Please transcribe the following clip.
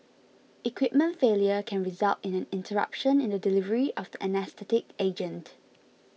equipment failure can result in an interruption in the delivery of the anaesthetic agent